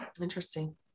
interesting